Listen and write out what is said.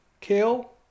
kale